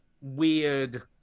weird